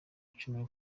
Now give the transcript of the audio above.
icumi